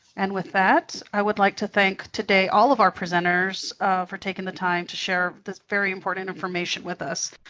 and with that, i would like to thank today all of our presenters for taking the time to share this very important information with us.